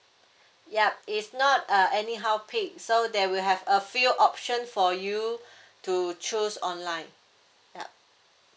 yup it's not uh anyhow pick so there will have a few option for you to choose online yup